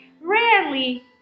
rarely